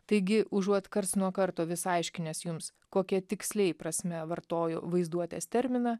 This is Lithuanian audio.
taigi užuot karts nuo karto vis aiškinęs jums kokia tiksliai prasme vartoju vaizduotės terminą